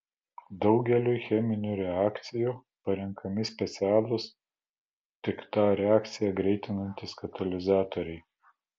daugeliui cheminių reakcijų parenkami specialūs tik tą reakciją greitinantys katalizatoriai